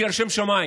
בגלל שם שמיים.